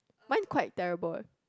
mine quite terrible eh